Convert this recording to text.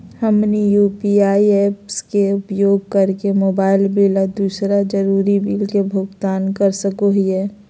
हमनी UPI apps के उपयोग करके मोबाइल बिल आ दूसर जरुरी बिल के भुगतान कर सको हीयई